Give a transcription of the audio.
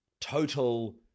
total